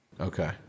Okay